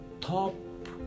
top